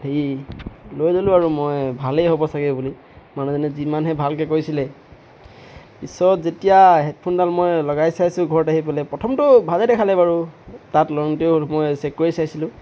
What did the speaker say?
হেৰি লৈ ল'লোঁ আৰু মই ভালেই হ'ব চাগে বুলি মানুহজনে যিমানহে ভালকৈ কৈছিলে পিছত যেতিয়া হেডফোনডাল মই লগাই চাইছোঁ ঘৰত আহি পেলাই প্ৰথমটো ভালে দেখালে বাৰু তাত লওঁতেও মই চেক কৰি চাইছিলোঁ